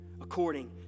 according